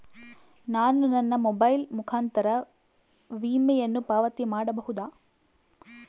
ನಾನು ನನ್ನ ಮೊಬೈಲ್ ಮುಖಾಂತರ ವಿಮೆಯನ್ನು ಪಾವತಿ ಮಾಡಬಹುದಾ?